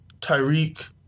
Tyreek